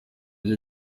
byo